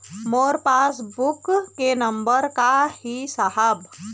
मोर passbook के नंबर का ही साहब?